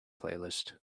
playlist